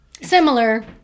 Similar